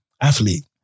athlete